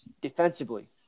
defensively